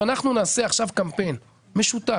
אם אנחנו נעשה עכשיו קמפיין משותף,